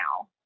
now